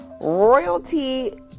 Royalty